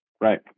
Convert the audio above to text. Right